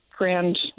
Grand